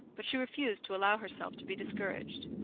but she refused to allow herself to be discouraged.